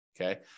Okay